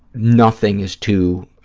nothing is too